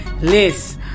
list